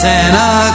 Santa